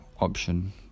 option